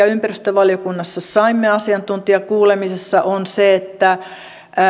ympäristövaliokunnassa saimme asiantuntijakuulemisessa että